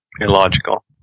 illogical